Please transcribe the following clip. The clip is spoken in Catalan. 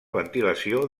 ventilació